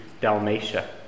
Dalmatia